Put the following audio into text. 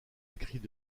écrits